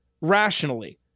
rationally